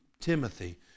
Timothy